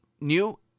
new